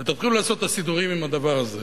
ותתחילו לעשות את הסידורים עם הדבר הזה.